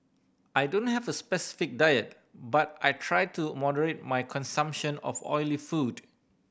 I don't have a specific diet but I try to moderate my consumption of oily food